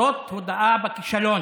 זאת הודאה בכישלון.